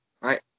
right